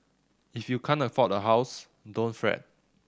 if you can't afford a house don't fret